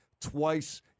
twice